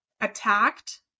attacked